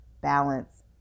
balance